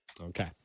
Okay